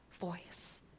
voice